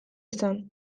izan